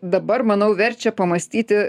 dabar manau verčia pamąstyti